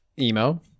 emo